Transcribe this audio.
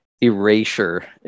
erasure